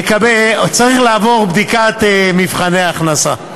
צריך לעבור בדיקת מבחני הכנסה.